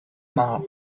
maar